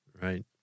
Right